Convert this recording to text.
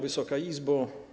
Wysoka Izbo!